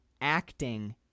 acting